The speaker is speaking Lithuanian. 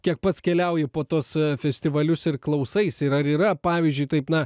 kiek pats keliauji po tuos festivalius ir klausaisi ir ar yra pavyzdžiui taip na